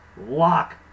Lock